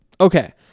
Okay